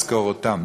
יזכור אותם,